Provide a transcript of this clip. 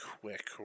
quick